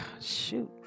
shoot